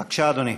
בבקשה, אדוני.